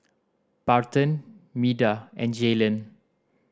Barton Meda and Jaylen